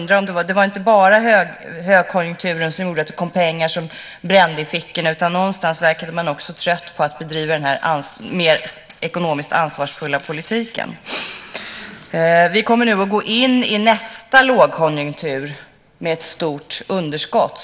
Det var inte bara högkonjunkturen som gjorde att det kom pengar som brände i fickorna, utan någonstans verkade man också trött på att bedriva den här mer ekonomiskt ansvarsfulla politiken. Vi kommer nu att gå in i nästa lågkonjunktur med ett stort underskott.